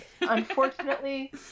unfortunately